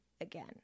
again